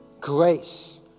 grace